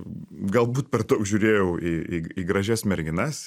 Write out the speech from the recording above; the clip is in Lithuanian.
galbūt per daug žiūrėjau į į gražias merginas